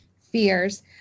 fears